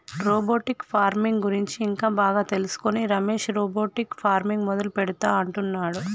robotic farming గురించి ఇంకా బాగా తెలుసుకొని రమేష్ రోబోటిక్ ఫార్మింగ్ మొదలు పెడుతా అంటున్నాడు